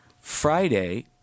Friday